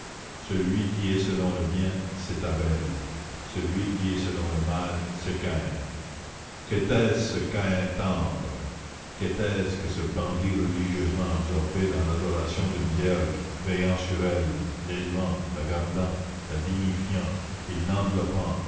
celui qui est selon le bien c'est abel celui qui est selon le mal c'est caïn qu'était-ce que ce caïn tendre qu'était-ce que ce bandit religieusement absorbé dans l'adoration d'une vierge veillant sur elle l'élevant la gardant la dignifiant et l'enveloppant